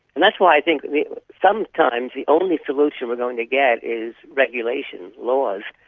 and that's why i think sometimes the only solution we're going to get is regulation, laws.